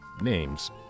names